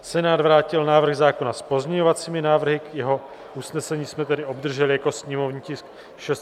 Senát vrátil návrh zákona s pozměňovacími návrhy, jeho usnesení jsme tedy obdrželi jako sněmovní tisk 696/7.